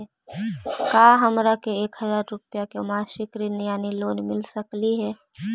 का हमरा के एक हजार रुपया के मासिक ऋण यानी लोन मिल सकली हे?